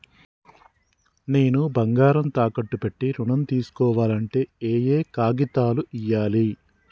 నేను బంగారం తాకట్టు పెట్టి ఋణం తీస్కోవాలంటే ఏయే కాగితాలు ఇయ్యాలి?